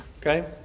Okay